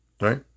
Right